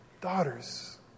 daughters